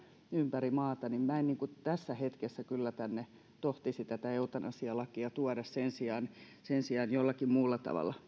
ympäri maata minä en tässä hetkessä kyllä tänne tohtisi tätä eutanasialakia tuoda sen sijaan pyrkisin jollakin muulla tavalla